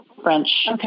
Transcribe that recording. French